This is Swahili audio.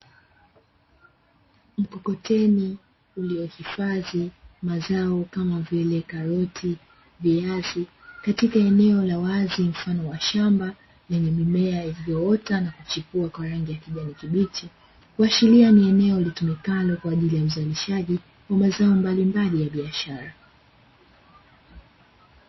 Mkokoteni uliohifadhi mazao kama vile; karoti, viazi katika eneo la wazi mfano wa shamba lenye mimea, iliyoota na kuchipua kwa rangi ya kijani kibichi, kuashiria ni eneo litumikalo kwa ajili ya uzalishaji wa mazao mbalimbali ya biashara.